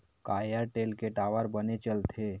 का एयरटेल के टावर बने चलथे?